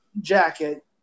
jacket